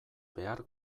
behar